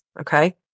okay